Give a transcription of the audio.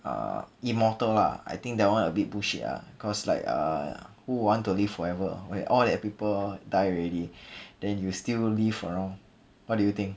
uh immortal lah I think that [one] a bit bullshit lah cause like err who would want to live forever where all people die already then you still live around what do you think